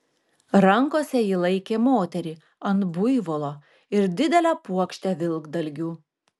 rankose ji laikė moterį ant buivolo ir didelę puokštę vilkdalgių